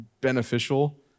beneficial